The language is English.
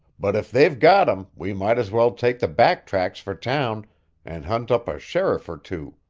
but if they've got him, we might as well take the back tracks for town and hunt up a sheriff or two,